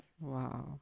Wow